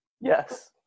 Yes